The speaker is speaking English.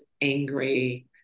angry